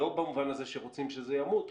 לא במובן שרוצים שזה ימות,